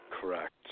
Correct